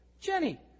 Jenny